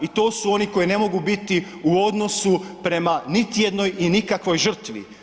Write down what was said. I to su oni koji ne mogu biti u odnosu prema niti jednoj i nikakvoj žrtvi.